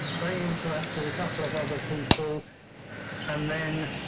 they interact with a couple of other people and then